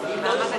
מעמד האישה.